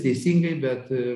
teisingai bet